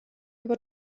über